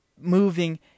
moving